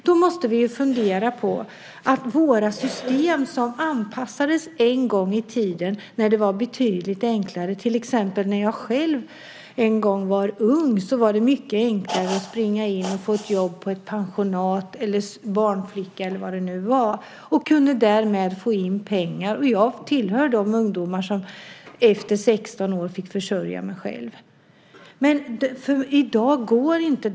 Vi måste då fundera på dessa system som anpassades en gång i tiden när det var betydligt enklare. När jag själv var ung var det mycket enklare att få ett jobb till exempel på ett pensionat eller som barnflicka. På så sätt kunde man få in pengar. Jag tillhör de ungdomar som efter 16 års ålder fick försörja sig själva. I dag går det inte.